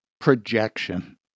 projection